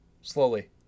Slowly